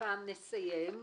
הפעם נסיים.